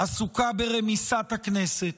עסוקה ברמיסת הכנסת.